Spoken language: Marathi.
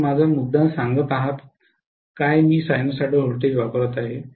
आपण माझा मुद्दा सांगत आहात काय मी साइनसॉइडल व्होल्टेज वापरत आहे